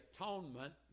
atonement